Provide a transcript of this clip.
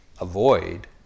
avoid